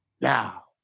Now